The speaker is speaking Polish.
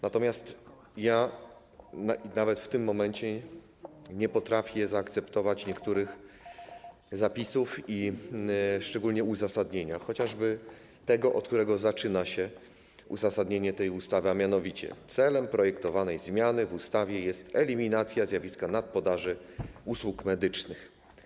Natomiast ja nawet w tym momencie nie potrafię zaakceptować niektórych zapisów, szczególnie uzasadnienia, chociażby tego, od którego zaczyna się uzasadnienie tej ustawy, a mianowicie: Celem projektowanej zmiany w ustawie jest eliminacja zjawiska nadpodaży usług medycznych.